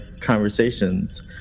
conversations